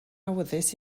awyddus